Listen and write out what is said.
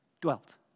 dwelt